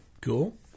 Cool